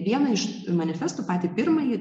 vieną iš manifestų patį pirmąjį